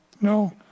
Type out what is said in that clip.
No